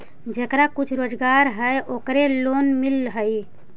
जेकरा कुछ रोजगार है ओकरे लोन मिल है?